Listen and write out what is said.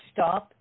Stop